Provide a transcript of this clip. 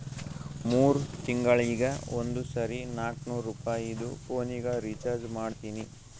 ಮೂರ್ ತಿಂಗಳಿಗ ಒಂದ್ ಸರಿ ನಾಕ್ನೂರ್ ರುಪಾಯಿದು ಪೋನಿಗ ರೀಚಾರ್ಜ್ ಮಾಡ್ತೀನಿ